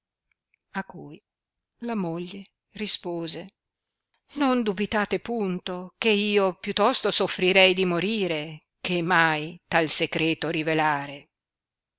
a cui la moglie rispose non dubitate punto che io più tosto soffrirei di morire che mai tal secreto rivelare